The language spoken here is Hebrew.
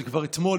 זה כבר אתמול,